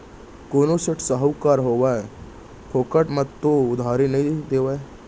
कोनो सेठ, साहूकार होवय फोकट म तो उधारी नइ देवय